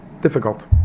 Difficult